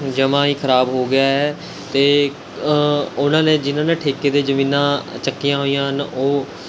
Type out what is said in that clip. ਜਮ੍ਹਾ ਹੀ ਖਰਾਬ ਹੋ ਗਿਆ ਹੈ ਅਤੇ ਉਨ੍ਹਾਂ ਨੇ ਜਿਨ੍ਹਾਂ ਨੇ ਠੇਕੇ 'ਤੇ ਜ਼ਮੀਨਾਂ ਚੱਕੀਆਂ ਹੋਈਆਂ ਹਨ ਉਹ